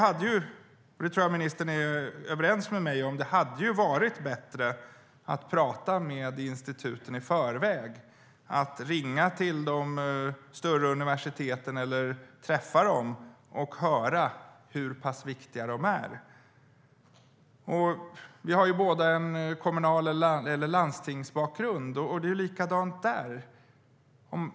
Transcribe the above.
Jag tror att ministern håller med om att det hade varit bättre att prata med instituten i förväg och att ringa till de större universiteten eller träffa dem för att höra hur pass viktiga instituten är. Både jag och ministern har en bakgrund i kommun eller landsting. Det är likadant där.